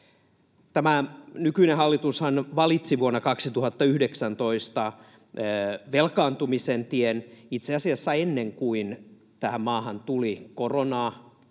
Tämä nykyinen hallitushan valitsi vuonna 2019 velkaantumisen tien itse asiassa ennen kuin tähän maahan tuli koronaa